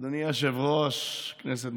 אני השר המקשר.